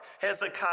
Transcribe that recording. Hezekiah